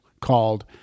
called